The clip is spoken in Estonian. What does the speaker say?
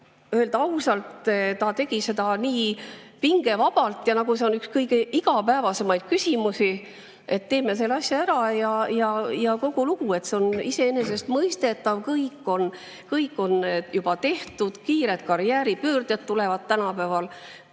siis ausalt öelda tegi ta seda nii pingevabalt, nagu see oleks üks kõige igapäevasemaid küsimusi, et teeme selle asja ära ja kogu lugu, et see on iseenesestmõistetav, kõik on juba tehtud, kiired karjääripöörded tulevad tänapäeval,